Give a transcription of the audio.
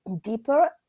deeper